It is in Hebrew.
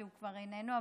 הוא כבר איננו,